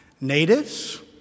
natives